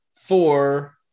four